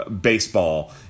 baseball